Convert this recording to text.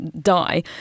die